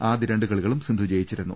ആദ്യ രണ്ട് കളി കളും സിന്ധു ജയിച്ചിരുന്നു